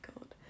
god